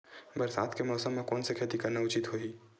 बरसात के मौसम म कोन से खेती करना उचित होही?